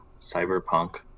Cyberpunk